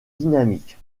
dynamiques